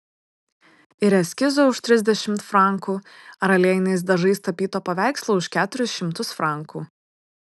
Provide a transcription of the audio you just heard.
ir eskizo už trisdešimt frankų ar aliejiniais dažais tapyto paveikslo už keturis šimtus frankų